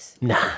Nah